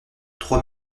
trois